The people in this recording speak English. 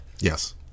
yes